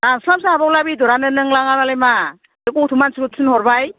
दानस्लाबनोसो हाबावला बेदरआनो नों लाङाबालाय मा बे गथ' मानसिखौ थिनहरबाय